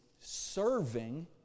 serving